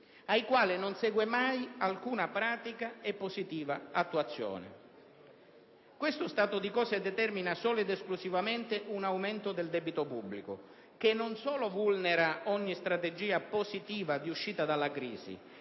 ai quali non segue mai alcuna pratica e positiva attuazione. Questo stato di cose determina solo ed esclusivamente un aumento del debito pubblico che non solo vulnera ogni strategia positiva di uscita dalla crisi,